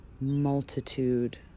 multitude